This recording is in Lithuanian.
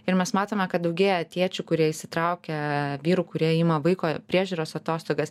ir mes matome kad daugėja tėčių kurie įsitraukia vyrų kurie ima vaiko priežiūros atostogas